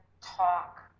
talk